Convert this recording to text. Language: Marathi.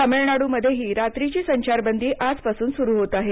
तमिलनाडूमध्येही रात्रीची संचारबंदी आजपासून सुरू होत आहे